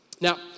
Now